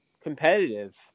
competitive